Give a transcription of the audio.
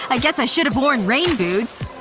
i guess i should've worn rainboots